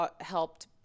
helped